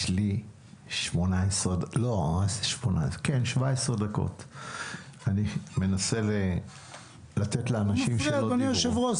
יש עוד 17 דקות לסיום ואני מנסה לתת זכות דיבור לאנשים שעוד לא דיברו.